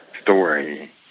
story